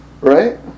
Right